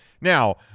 Now